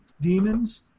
demons